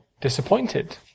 disappointed